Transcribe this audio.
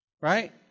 Right